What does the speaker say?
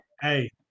hey